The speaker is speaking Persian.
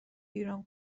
ایران